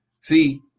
See